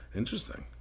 interesting